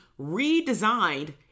redesigned